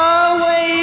away